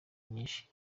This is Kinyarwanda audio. nyinshi